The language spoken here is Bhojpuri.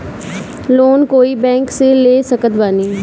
लोन कोई बैंक से ले सकत बानी?